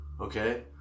Okay